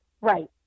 Right